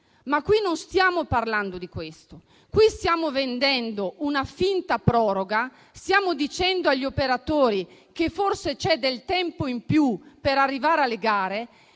ma qui non stiamo parlando di questo. Qui stiamo vendendo una finta proroga; stiamo dicendo agli operatori che forse c'è del tempo in più per arrivare alle gare,